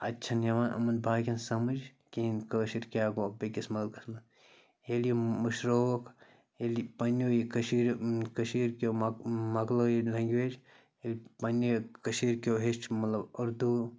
اَتہِ چھَنہٕ یِوان یِمَن باقِیَن سَمٕج کِہیٖنۍ کٲشِر کیٛاہ گوٚو بیٚیہِ کِس مٕلکَس منٛز ییٚلہِ یہِ مٔشرٲوٕکھ ییٚلہِ پَنٛنیو یہِ کٔشیٖرِ کٔشیٖرکیو مَک مَکلٲو یہِ لینٛگویج ییٚلہِ پَنٛنیو یہِ کٔشیٖرکیو ہیٚچھ مطلب اُردو